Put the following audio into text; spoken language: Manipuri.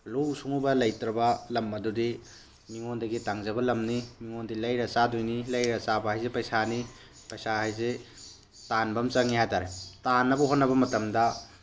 ꯂꯧꯎ ꯁꯤꯡꯎꯕ ꯂꯩꯇ꯭ꯔꯥꯕ ꯂꯝ ꯑꯗꯨꯗꯤ ꯃꯤꯉꯣꯟꯗꯒꯤ ꯇꯥꯡꯖꯕ ꯂꯝꯅꯤ ꯃꯤꯉꯣꯟꯗꯒꯤ ꯂꯩꯔꯒ ꯆꯥꯗꯣꯏꯅꯤ ꯂꯩꯔ ꯆꯥꯕ ꯍꯥꯏꯁꯦ ꯄꯩꯁꯥꯅꯤ ꯄꯩꯁꯥ ꯍꯥꯏꯁꯦ ꯇꯥꯟꯕ ꯑꯃ ꯆꯪꯏ ꯍꯥꯏꯇꯥꯔꯦ ꯇꯥꯟꯅꯕ ꯍꯣꯠꯅꯕ ꯃꯇꯝꯗ